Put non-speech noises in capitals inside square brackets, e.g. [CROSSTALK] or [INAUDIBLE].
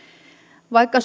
vaikka [UNINTELLIGIBLE]